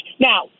Now